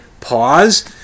pause